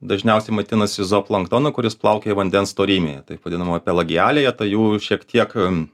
dažniausiai maitinasi zooplanktonu kuris plaukiaja vandens storymėje taip vadinamoje pelagialėje tai jų šiek tiek